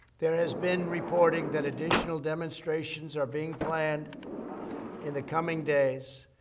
there has been reporting that additional demonstrations are being planned in the coming days,